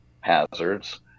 hazards